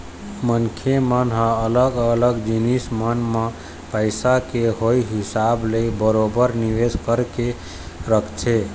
मनखे मन ह अलग अलग जिनिस मन म पइसा के होय हिसाब ले बरोबर निवेश करके रखथे